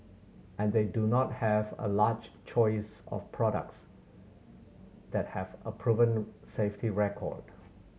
and they do not have a large choice of products that have a proven safety record